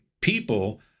People